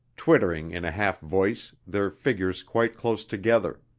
twittering in a halfvoice, their figures quite close together